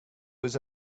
was